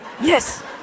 Yes